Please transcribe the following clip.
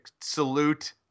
salute